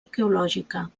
arqueològica